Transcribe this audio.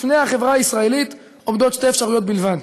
בפני החברה הישראלית עומדות שתי אפשרויות בלבד: